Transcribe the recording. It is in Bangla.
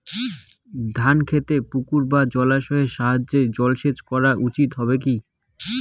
ধান খেতে পুকুর বা জলাশয়ের সাহায্যে জলসেচ করা উচিৎ হবে কি?